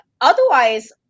otherwise